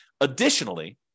Additionally